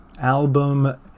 album